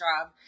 job